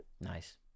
Nice